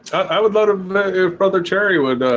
i would love brother cherrywood.